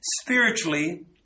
spiritually